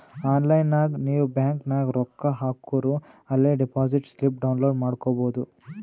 online ನಾಗ್ ನೀವ್ bank ನಾಗ್ ರೊಕ್ಕಾ ಹಾಕೂರ ಅಲೇ ಡೆಪೋಸಿಟ್ ಸ್ಲಿಪ್ ಡೌನ್ಲೋಡ್ ಮಾಡ್ಕೊಬೋದು